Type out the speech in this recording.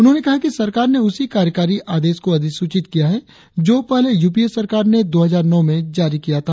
उन्होंने कहा कि सरकार ने उसी कार्यकारी आदेश को अधिसूचित किया है जो पहले यूपीए सरकार ने दो हजार नौ में जारी किया था